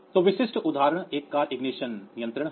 तो विशिष्ट उदाहरण एक कार इग्निशन नियंत्रण है